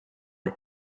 les